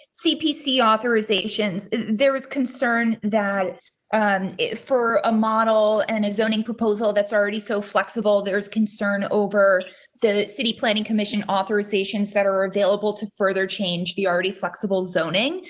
cpc authorizations. there was concerned that for a model and a zoning proposal that's already so flexible. there's concern over the city planning commission authorizations that are available to further change the already flexible zoning,